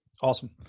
Awesome